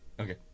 Okay